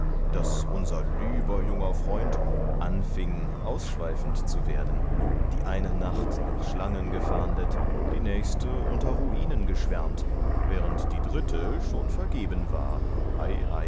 daß unser lieber junger freund anfing ausschweifend zu werden die eine nacht nach schlangen gefahndet die nächste unter ruinen geschwärmt während die dritte schon vergeben war